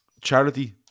charity